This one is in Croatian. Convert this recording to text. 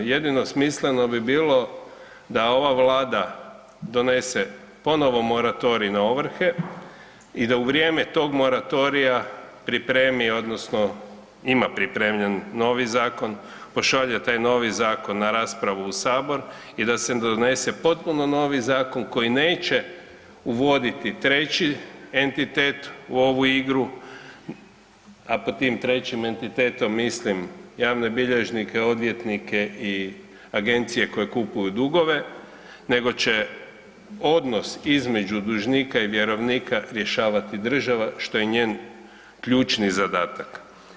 Jedino smisleno bi bilo da ova Vlada donese ponovo moratorij na ovrhe i da u vrijeme tog moratorija pripremi odnosno ima pripremljen novi zakon, pošalje taj novi zakon na raspravu u sabor i da se donese potpuno novi zakon koji neće uvoditi treći entitet u ovu igru, a pod tim trećim entitetom mislim javne bilježnike, odvjetnike i agencije koje kupuju dugove, nego će odnos između dužnika i vjerovnika rješavati država što je njen ključni zadatak.